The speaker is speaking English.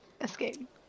escape